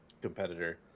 competitor